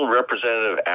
representative